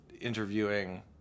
interviewing